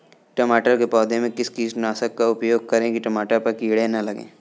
टमाटर के पौधे में किस कीटनाशक का उपयोग करें कि टमाटर पर कीड़े न लगें?